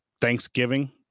Thanksgiving